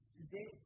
Today